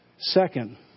Second